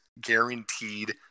guaranteed